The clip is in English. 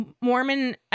Mormon